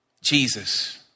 Jesus